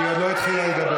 כי היא לא התחילה לדבר.